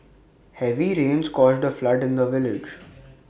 heavy rains caused A flood in the village